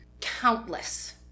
countless